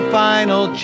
final